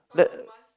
let